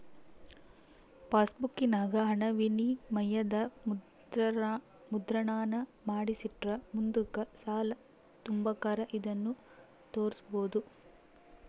ಪಾಸ್ಬುಕ್ಕಿನಾಗ ಹಣವಿನಿಮಯದ ಮುದ್ರಣಾನ ಮಾಡಿಸಿಟ್ರ ಮುಂದುಕ್ ಸಾಲ ತಾಂಬಕಾರ ಇದನ್ನು ತೋರ್ಸ್ಬೋದು